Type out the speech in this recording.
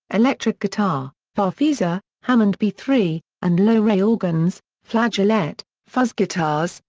electric guitar, farfisa, hammond b three, and lowrey organs, flageolet, fuzz guitars,